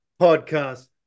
podcast